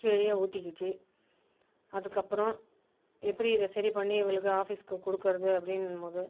கீழயே ஊத்திக்கிச்சி அதுக்கப்புறம் எப்படி இதை சரி பண்ணி இவளுக்கு ஆஃபீஸ்க்கு கொடுக்கறது அப்படின்னும்போது